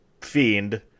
fiend